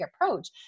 approach